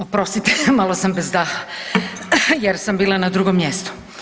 Oprostite, malo sam bez daha jer sam bila na drugom mjestu.